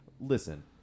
listen